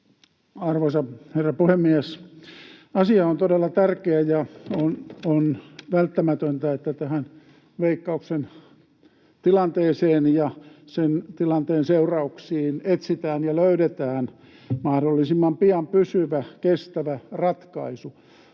Arvoisa herra puhemies! Asia on todella tärkeä, ja on välttämätöntä, että tähän Veikkauksen tilanteeseen ja sen tilanteen seurauksiin etsitään ja löydetään mahdollisimman pian pysyvä, kestävä ratkaisu.